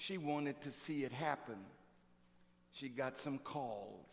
she wanted to see it happen she got some calls